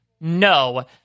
No